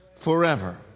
forever